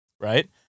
right